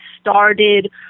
started